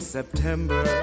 September